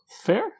fair